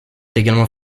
également